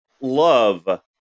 love